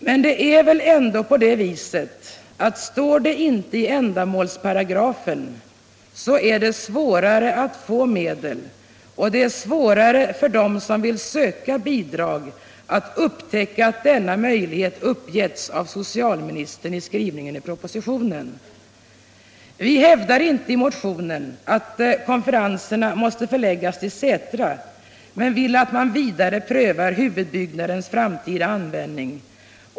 Men det är väl ändå på det viset att står det inte i ändamålsparagrafen, så är det svårare att få medel, och det är svårare för dem som vill söka bidrag att upptäcka att denna möjlighet uppgetts av socialministern i skriv av sets tillgångar Vi hävdar inte i motionen att konferenserna måste förläggas till Sätra men vill att man vidare prövar frågan om huvudbyggnadens framtida användning.